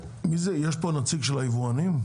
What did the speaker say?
יש פה נציג של היבואנים?